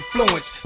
influenced